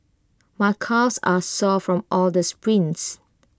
my calves are sore from all the sprints